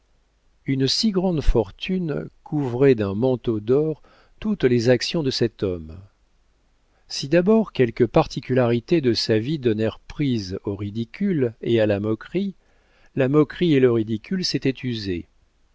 une si grande fortune couvrait d'un manteau d'or toutes les actions de cet homme si d'abord quelques particularités de sa vie donnèrent prise au ridicule et à la moquerie la moquerie et le ridicule s'étaient usés